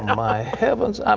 my heavens. um